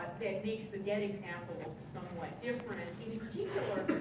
makes the debt example somewhat different in particular,